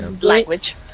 Language